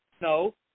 No